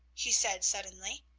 he said suddenly,